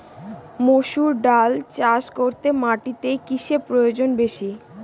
মুসুর ডাল চাষ করতে মাটিতে কিসে প্রয়োজন বেশী?